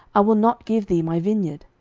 i will not give thee my vineyard.